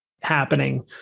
happening